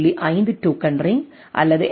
5 token ring அல்லது F